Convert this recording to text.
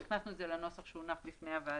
הכנסנו את זה לנוסח שהונח בפני הוועדה.